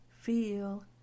feel